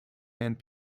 hand